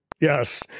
Yes